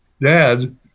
dad